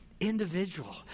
individual